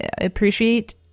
appreciate